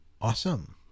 awesome